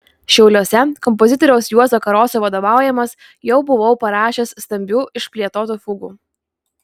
šiauliuose kompozitoriaus juozo karoso vadovaujamas jau buvau parašęs stambių išplėtotų fugų